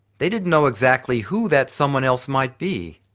they didn't know exactly who that someone else might be,